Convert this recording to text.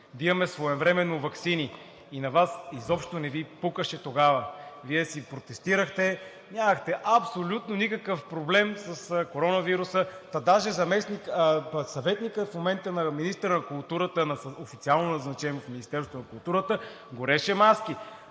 да имаме своевременно ваксини. И на Вас изобщо не Ви пукаше тогава. Вие си протестирахте. Нямахте абсолютно никакъв проблем с коронавируса, та даже съветникът в момента на министъра на културата, официално назначен от Министерството на културата, гореше маски.